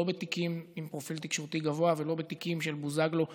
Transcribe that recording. לא בתיקים עם פרופיל תקשורתי גבוה ולא בתיקים של בוזגלו הפשוט.